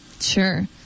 Sure